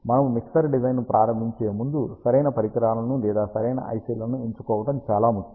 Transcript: మనము మిక్సర్ డిజైన్ను ప్రారంభించే ముందు సరైన పరికరాలను లేదా సరైన IC లను ఎంచుకోవడం చాలా ముఖ్యం